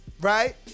right